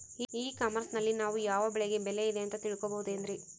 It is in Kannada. ಇ ಕಾಮರ್ಸ್ ನಲ್ಲಿ ನಾವು ಯಾವ ಬೆಳೆಗೆ ಬೆಲೆ ಇದೆ ಅಂತ ತಿಳ್ಕೋ ಬಹುದೇನ್ರಿ?